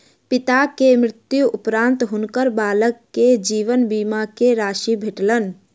पिता के मृत्यु उपरान्त हुनकर बालक के जीवन बीमा के राशि भेटलैन